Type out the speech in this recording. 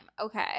okay